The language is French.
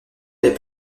des